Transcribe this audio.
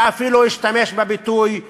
שאפילו השתמש בביטוי: